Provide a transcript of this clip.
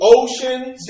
oceans